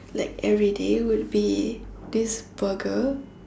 like everyday would be this burger